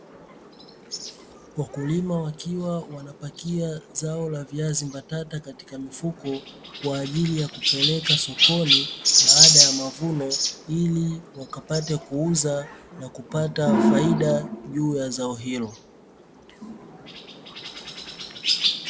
Wakulima wakiwa wanapakia zao la viazi mbatata katika mifuko, kwa ajili ya kupeleka sokoni baada ya mavuno, ili wakapate kuuza na kupata faida juu ya zao hilo.